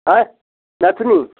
हैं नथुनी